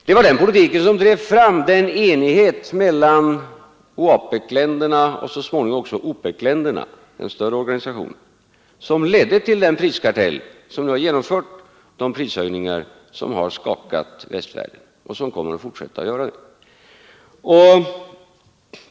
Det var denna politik som drev fram den enighet mellan OAPEC länderna och så småningom också inom den större organisationen OPEC, som ledde till den priskartell som genomfört de prishöjningar som har skakat västvärlden — och som kommer att fortsätta att göra det.